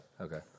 Okay